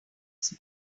use